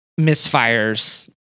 misfires